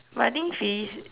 but I think Felice